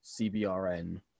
CBRN